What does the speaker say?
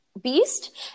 Beast